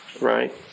right